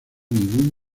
ningún